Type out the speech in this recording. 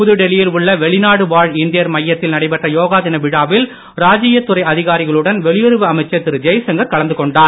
புதுடெல்லியில் உள்ள வெளிநாடு வாழ் இந்தியர் மையத்தில் நடைபெற்ற யோகா தின விழாவில் ராஜீயத் துறை அதிகாரிகளுடன் வெளியுறவு அமைச்சர் திரு ஜெய்சங்கர் கலந்து கொண்டார்